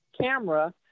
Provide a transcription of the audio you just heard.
camera